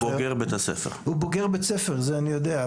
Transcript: הוא בוגר בית הספר, זה אני יודע.